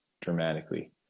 dramatically